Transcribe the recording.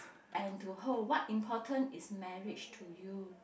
and to hold what important is marriage to you